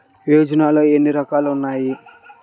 యోజనలో ఏన్ని రకాలు ఉన్నాయి?